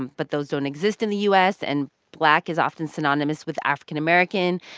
but those don't exist in the u s, and black is often synonymous with african-american.